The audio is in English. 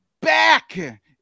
back